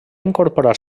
incorporar